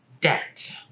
debt